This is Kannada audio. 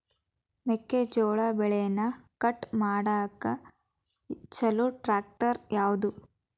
ಮೆಕ್ಕೆ ಜೋಳ ಬೆಳಿನ ಕಟ್ ಮಾಡಾಕ್ ಛಲೋ ಟ್ರ್ಯಾಕ್ಟರ್ ಯಾವ್ದು?